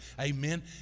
Amen